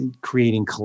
creating